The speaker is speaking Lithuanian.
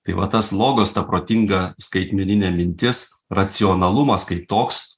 tai va tas logos ta protinga skaitmeninė mintis racionalumas kaip toks